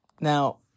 now